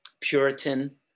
Puritan